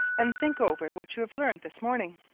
and think over what you have learned this morning.